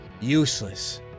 useless